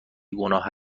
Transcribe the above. گناه